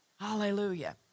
Hallelujah